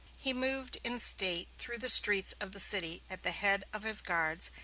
he moved, in state, through the streets of the city, at the head of his guards,